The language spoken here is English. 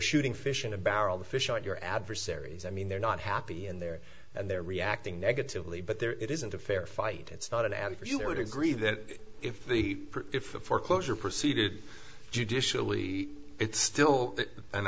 shooting fish in a barrel the fish out your adversary's i mean they're not happy and they're and they're reacting negatively but there it isn't a fair fight it's not an ad for your degree that if the if the foreclosure proceeded judicially it's still an